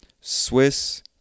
Swiss